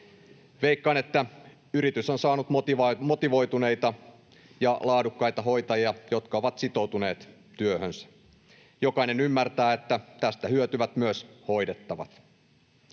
Veikkaan, että yritys on saanut motivoituneita ja laadukkaita hoitajia, jotka ovat sitoutuneet työhönsä. Jokainen ymmärtää, että tästä hyötyvät myös hoidettavat.